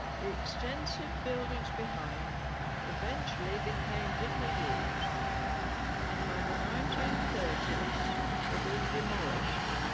the extensive buildings behind eventually became little used and by the nineteen thirty s were being demolished.